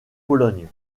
pologne